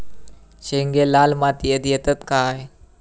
शेंगे लाल मातीयेत येतत काय?